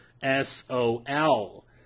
S-O-L